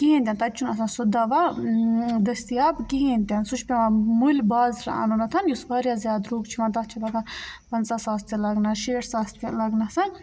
کِہیٖنۍ تہِ نہٕ تَتہِ چھُنہٕ آسان سُہ دَوا دٔستِیاب کِہیٖنۍ تہِ نہٕ سُہ چھُ پٮ۪وان مٔلۍ بازرٕ اَنُن نَتھَن یُس واریاہ زیادٕ درٛوگ چھُ یِوان تَتھ چھِ واتان پنٛژاہ ساس تہِ لَگنَس شیٹھ ساس تہِ لَگنَسَن